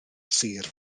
sir